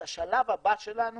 השלב הבא שלנו,